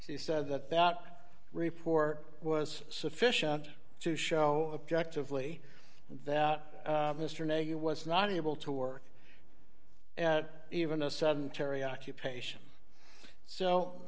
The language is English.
he said that that report was sufficient to show objective lee that mr nader was not able to work at even a sedentary occupation so